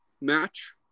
match